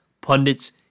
Pundits